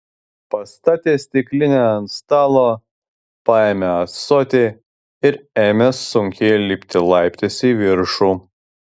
pastatęs stiklinę ant stalo paėmė ąsotį ir ėmė sunkiai lipti laiptais į viršų